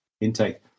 intake